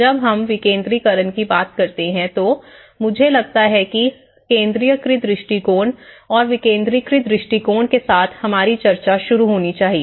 जब हम विकेंद्रीकरण की बात करते हैं तो मुझे लगता है कि केंद्रीयकृत दृष्टिकोण और विकेंद्रीकृत दृष्टिकोण के साथ हमारी चर्चा शुरू होनी चाहिए